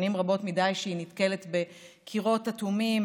שנים רבות מדי שבהן היא נתקלת בקירות אטומים,